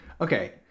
okay